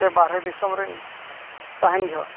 ᱥᱮ ᱵᱟᱦᱨᱮ ᱫᱤᱥᱚᱢ ᱨᱤᱧ ᱛᱟᱦᱮᱱ ᱡᱚᱦᱚᱜ